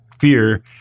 fear